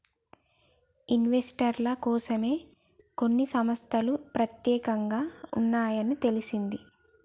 ఇన్వెస్టర్ల కోసమే కొన్ని సంస్తలు పెత్యేకంగా ఉన్నాయని తెలిసింది